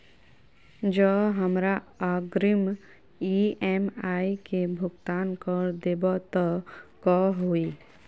जँ हमरा अग्रिम ई.एम.आई केँ भुगतान करऽ देब तऽ कऽ होइ?